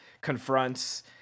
confronts